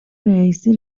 رییسی